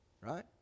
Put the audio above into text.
right